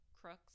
crooks